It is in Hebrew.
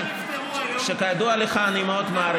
כמה נפטרו היום?